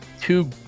Two